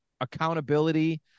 accountability